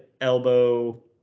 elbow